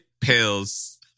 pills